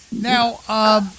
Now